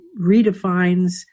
redefines